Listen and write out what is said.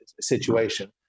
situation